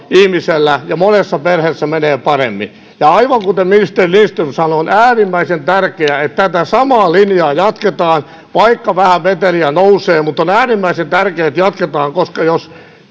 ihmisellä ja monessa perheessä menee paremmin aivan kuten ministeri lindström sanoo on äärimmäisen tärkeää että tätä samaa linjaa jatketaan vaikka vähän meteliä nousee mutta on äärimmäisen tärkeää että jatketaan koska jos